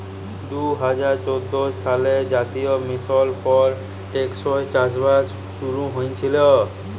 দু হাজার চোদ্দ সালে জাতীয় মিশল ফর টেকসই চাষবাস শুরু হঁইয়েছিল